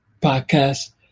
podcast